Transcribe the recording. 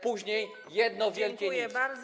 Później - jedno wielkie nic.